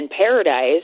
paradise